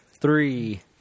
three